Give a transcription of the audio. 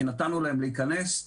נתנו להם להיכנס,